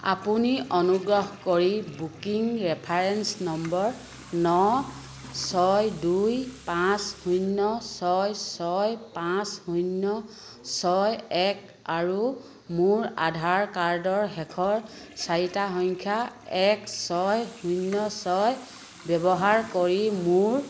আপুনি অনুগ্ৰহ কৰি বুকিং ৰেফাৰেঞ্চ নম্বৰ ন ছয় দুই পাঁচ শূন্য ছয় ছয় পাঁচ শূন্য ছয় এক আৰু মোৰ আধাৰ কাৰ্ডৰ শেষৰ চাৰিটা সংখ্যা এক ছয় শূন্য ছয় ব্যৱহাৰ কৰি